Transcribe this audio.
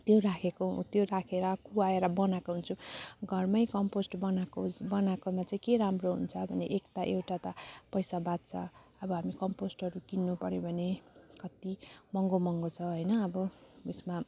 त्यो राखेको त्यो राखेर कुहाएर बनाएको हुन्छ घरमै कम्पोस्ट बनाएको बनाएकोमा चाहिँ के राम्रो हुन्छ भने एक त एउटा त पैसा बाँच्छ अब हामी कम्पोस्टहरू किन्नुपर्यो भने कत्ति महँगो महँगो छ होइन अब उसमा